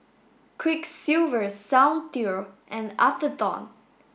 Quiksilver Soundteoh and Atherton